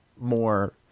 more